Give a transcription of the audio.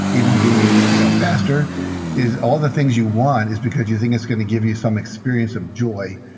even being you know faster is all the things you want is because you think it's going to give you some experience of joy.